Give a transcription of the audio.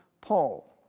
Paul